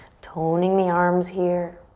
toning the arms here.